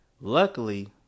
Luckily